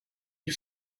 you